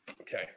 Okay